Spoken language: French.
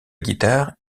guitare